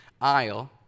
aisle